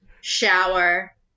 shower